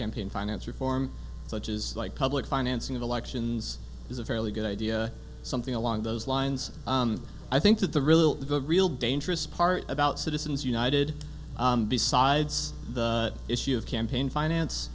campaign finance reform such as like public financing of elections is a fairly good idea something along those lines i think that the really the real dangerous part about citizens united besides the issue of campaign finance